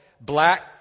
black